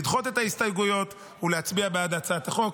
לדחות את ההסתייגויות ולהצביע בעד הצעת החוק.